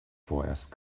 vorerst